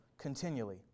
continually